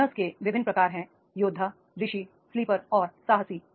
learner के विभिन्न प्रकार हैं योद्धा ऋषि स्लीपर और साहसी